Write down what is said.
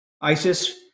ISIS